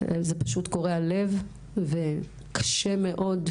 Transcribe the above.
זה פשוט קורע לב וקשה מאוד,